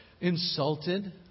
insulted